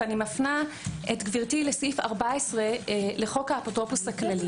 ואני מפנה את גברתי לסעיף 14 לחוק האפוטרופוס הכללי.